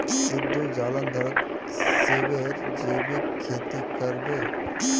सिद्धू जालंधरत सेबेर जैविक खेती कर बे